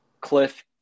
Cliff